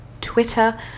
Twitter